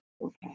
Okay